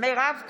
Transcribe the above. מירב כהן,